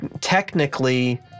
technically